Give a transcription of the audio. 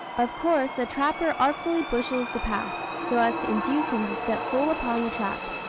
of course, the trapper artfully bushes the path, so as to induce him to step full upon the trap.